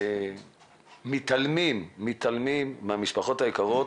ומתעלמים מהמשפחות היקרות,